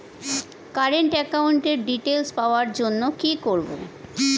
Current একাউন্টের details পাওয়ার জন্য কি করব?